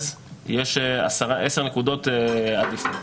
אז יש עשר נקודות עדיפות.